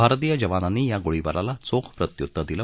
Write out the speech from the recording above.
भारतीय जवानांनी या गोळीबाराला चोख प्रत्युत्तर दिलं